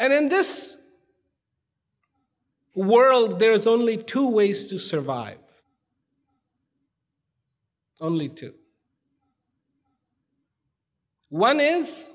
and in this world there is only two ways to survive only two one is